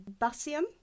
bassium